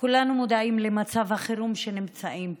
כולנו מודעים למצב החירום שנמצאים בו,